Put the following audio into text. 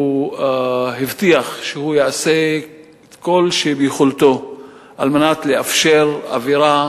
הוא הבטיח שהוא יעשה כל שביכולתו על מנת לאפשר אווירה